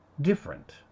different